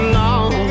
long